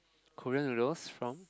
Korean noodles from